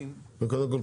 קודם כל,